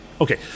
Okay